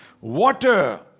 Water